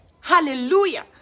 Hallelujah